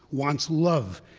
wants love.